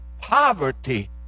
poverty